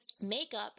makeup